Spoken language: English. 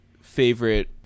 favorite